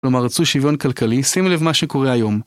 כלומר רצו שוויון כלכלי, שימו לב מה שקורה היום.